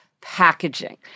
packaging